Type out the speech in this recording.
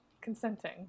consenting